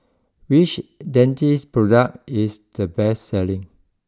which Dentiste product is the best selling